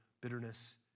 bitterness